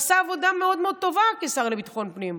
עשה עבודה מאוד מאוד טובה כשר לביטחון הפנים?